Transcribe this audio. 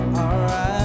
alright